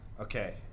Okay